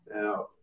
Now